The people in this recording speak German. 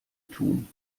tun